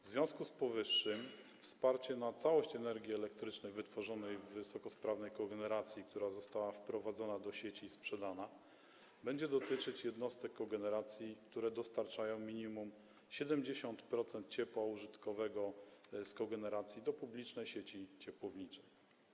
W związku z powyższym wsparcie na całość energii elektrycznej wytworzonej w wysokosprawnej kogeneracji, która została wprowadzona do sieci i sprzedana, będzie dotyczyć jednostek kogeneracji, które dostarczają minimum 70% ciepła użytkowego z kogeneracji do publicznej sieci ciepłowniczej.